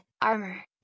armor